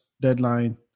deadline